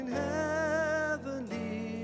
heavenly